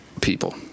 people